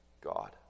God